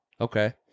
Okay